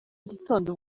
gitondo